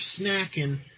snacking